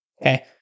Okay